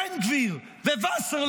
בן גביר ווסרלאוף,